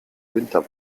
winter